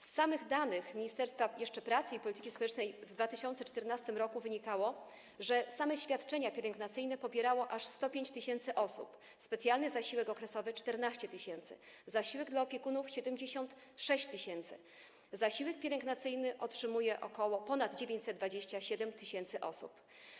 Z samych danych jeszcze Ministerstwa Pracy i Polityki Społecznej w 2014 r. wynikało, że same świadczenia pielęgnacyjne pobierało aż 105 tys. osób, specjalny zasiłek okresowy - 14 tys., zasiłek dla opiekunów - 76 tys., zasiłek pielęgnacyjny otrzymuje ponad 927 tys. osób.